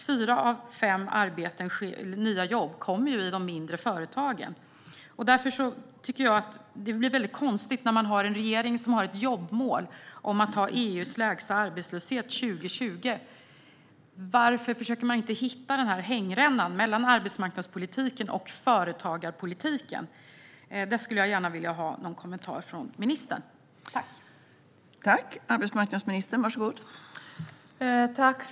Fyra av fem nya jobb kommer i de mindre företagen. När man har en regering som har ett jobbmål om att ha EU:s lägsta arbetslöshet 2020 tycker jag att det blir konstigt att man inte försöker hitta hängrännan mellan arbetsmarknadspolitiken och företagarpolitiken. Det skulle jag gärna vilja ha en kommentar från ministern till.